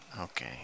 Okay